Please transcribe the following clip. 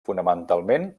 fonamentalment